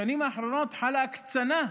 בשנים האחרונות חלה הקצנה,